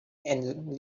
and